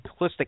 simplistic